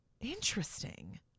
interesting